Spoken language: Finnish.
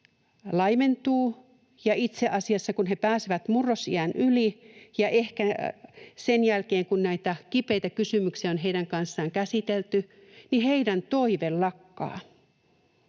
laimentuu, ja itse asiassa, kun he pääsevät murrosiän yli ja ehkä sen jälkeen, kun näitä kipeitä kysymyksiä on heidän kanssaan käsitelty, heidän toiveensa lakkaa.